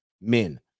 men